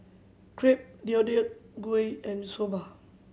Crepe Deodeok Gui and Soba